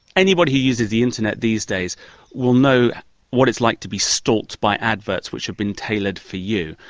anybody who uses the internet these days will know what it's like to be stalked by adverts which have been tailored for you.